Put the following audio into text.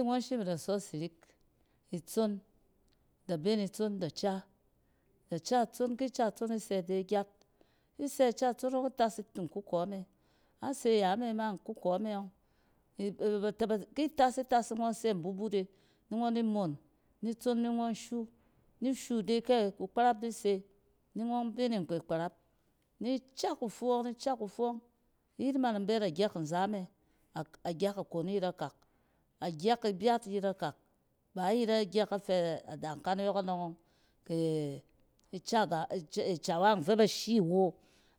Ki ngɔn shim ida sɔ sirik itson, da be nit son d ca, da cat son, ki cat son isɛɛ ide gyat. I sɛɛ ca itson ɔng itas nkukɔ me, a se yame ma nkukɔ me yɔng kit as-itas ni ngɔn sɛɛ mbutut e ni ngɔn di moon nit son ni ngɔn shu, ni shu de kɛ kukparap di se ni ngɔn be ni nkpe kparap ni ca kufu ɔng, ni ca kufu ɔng. Iyit man in bet agyɛk nzame-agyɛt akon yet akak, agyɛt ibyat yet akak, baa yet agyɛt afɛ dankan yɔkɔnɔng ɔng ke ica ga-icawa yɔng fɛ bas hi wo.